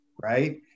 Right